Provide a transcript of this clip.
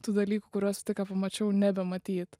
tų dalykų kuriuos tik ką pamačiau nebematyt